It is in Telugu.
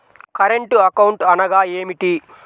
కరెంట్ అకౌంట్ అనగా ఏమిటి?